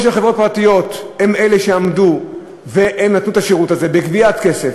או שחברות פרטיות הן אלה שעמדו ונתנו את השירות הזה בגביית כסף,